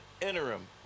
interim